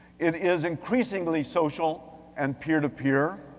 it is increasingly social and peer-to-peer.